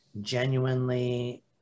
genuinely